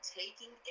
taking